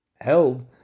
held